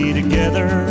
together